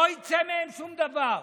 לא יצא מהם שום דבר.